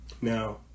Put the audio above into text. Now